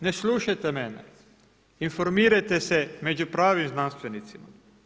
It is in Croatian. Ne slušajte mene, informirajte se među pravnim znanstvenicima.